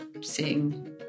seeing